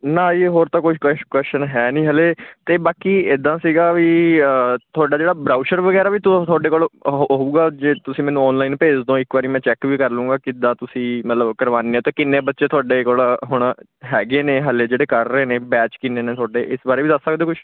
ਨਾ ਜੀ ਹੋਰ ਤਾਂ ਕੁਛ ਕੋਸ਼ ਕੁਸ਼ਚਨ ਹੈ ਨਹੀਂ ਹਜੇ ਅਤੇ ਬਾਕੀ ਇੱਦਾਂ ਸੀਗਾ ਵੀ ਤੁਹਾਡਾ ਜਿਹੜਾ ਬਰਾਊਸ਼ਰ ਵਗੈਰਾ ਵੀ ਤੋ ਤੁਹਾਡੇ ਕੋਲ ਅਹੋ ਅ ਹੋਏਗਾ ਜੇ ਤੁਸੀਂ ਮੈਨੂੰ ਔਨਲਾਈਨ ਭੇਜ ਦਿਓ ਇੱਕ ਵਾਰੀ ਮੈਂ ਚੈੱਕ ਵੀ ਕਰ ਲਊਂਗਾ ਕਿੱਦਾਂ ਤੁਸੀਂ ਮਤਲਬ ਕਰਵਾਉਂਦੇ ਅਤੇ ਕਿੰਨੇ ਬੱਚੇ ਤੁਹਾਡੇ ਕੋਲ ਹੁਣ ਹੈਗੇ ਨੇ ਹਜੇ ਜਿਹੜੇ ਕਰ ਰਹੇ ਨੇ ਬੈਚ ਕਿੰਨੇ ਨੇ ਤੁਹਾਡੇ ਇਸ ਬਾਰੇ ਵੀ ਦੱਸ ਸਕਦੇ ਕੁਛ